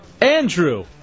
Andrew